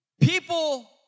People